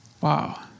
Wow